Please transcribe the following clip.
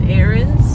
errands